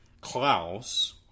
klaus